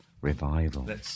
Revival